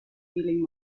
feeling